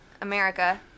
America